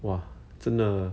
!wah! 真的